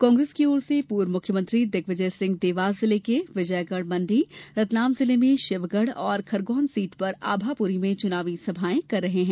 कांग्रेस की ओर से पूर्व मुख्यमंत्री दिग्विजय सिंह देवास जिले के विजयगंज मंडी रतलाम जिले में शिवगढ़ और खरगोन सीट पर आभापुरी में चुनावी सभाएं कर रहे हैं